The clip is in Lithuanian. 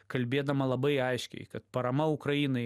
kalbėdama labai aiškiai kad parama ukrainai